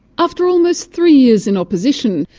after almost three years in opposition,